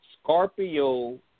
Scorpio